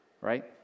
right